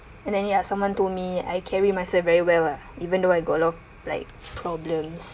and then ya someone told me I carry myself very well lah even though I got a lot of like problems